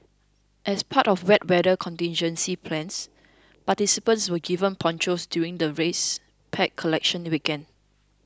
as part of wet weather contingency plans participants were given ponchos during the race pack collection weekend